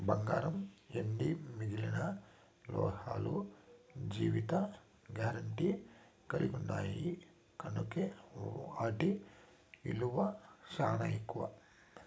బంగారం, ఎండి మిగిలిన లోహాలు జీవిత గారెంటీ కలిగిన్నాయి కనుకే ఆటి ఇలువ సానా ఎక్కువ